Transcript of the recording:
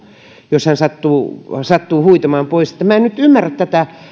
jos hän sattuu huitomaan pois en nyt ymmärrä tätä